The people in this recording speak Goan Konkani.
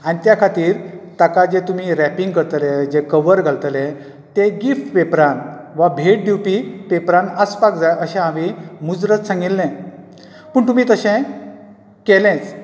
आनी त्या खातीर ताका जे तुमी रॅपिंग करतले जे कवर घालतले ते गिफ्ट पेपरान वा भेट दिवपी पेपरान आसपाक जाय अशें हांवें मुजरत सांगिल्ले पूण तुमी तशेंच केलेंच